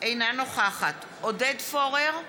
אינה נוכחת עודד פורר,